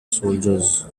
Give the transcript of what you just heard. soldiers